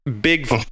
big